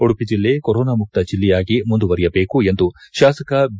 ಉಡುಪಿ ಜಿಲ್ಲೆ ಕೊರೊನಾ ಮುಕ್ತ ಜಿಲ್ಲೆಯಾಗಿ ಮುಂದುವರೆಯಬೇಕು ಎಂದು ಶಾಸಕ ಬಿ